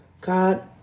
God